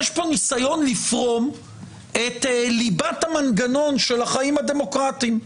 יש פה ניסיון לפרום את ליבת המנגנון של החיים הדמוקרטיים.